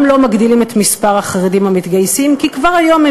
גם לא מגדילים את מספר החרדים המתגייסים כי כבר היום הם